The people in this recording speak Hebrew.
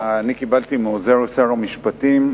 קיבלתי מעוזר שר המשפטים.